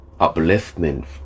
upliftment